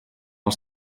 els